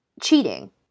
cheating